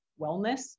wellness